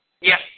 Yes